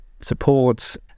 supports